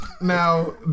Now